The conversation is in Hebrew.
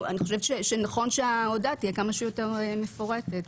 אני חושבת שנכון שההודעה תהיה כמה שיותר מפורטת,